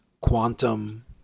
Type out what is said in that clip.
quantum